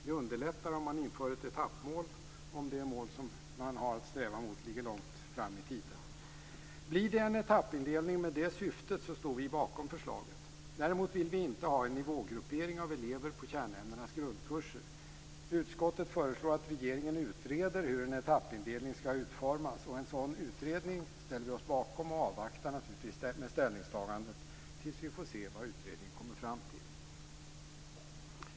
Det underlättar om man inför ett etappmål, om det mål som man strävar mot ligger långt fram i tiden. Blir det en etappindelning med det syftet står vi bakom förslaget. Däremot vill vi inte ha en nivågruppering av elever på kärnämnenas grundkurser. Utskottet föreslår att regeringen utreder hur en etappindelning skall utformas. En sådan utredning ställer vi oss bakom, och vi avvaktar naturligtvis med ställningstagandet tills vi får se vad utredningen kommer fram till.